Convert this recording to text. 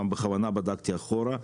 גם בכוונה בדקתי אחורה,